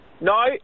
No